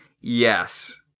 Yes